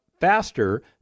faster